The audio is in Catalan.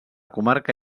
comarca